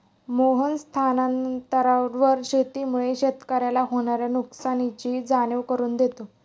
मोहन स्थानांतरण शेतीमुळे शेतकऱ्याला होणार्या नुकसानीची जाणीव करून देतो